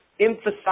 emphasize